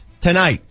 tonight